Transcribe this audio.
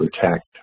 protect